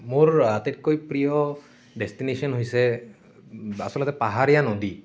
মোৰ আটাইতকৈ প্ৰিয় ডেষ্টিনেশ্য়ন হৈছে আচলতে পাহাৰীয়া নদী